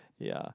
yeah